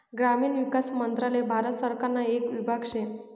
ग्रामीण विकास मंत्रालय भारत सरकारना येक विभाग शे